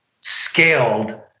scaled